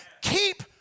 Keep